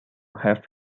have